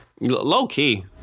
Low-key